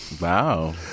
Wow